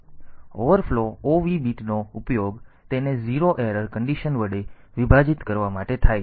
અને overflow OV બીટનો ઉપયોગ તેને 0 એરર કંડીશન વડે વિભાજીત કરવા માટે થાય છે